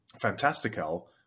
fantastical